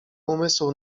umysł